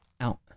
out